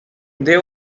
they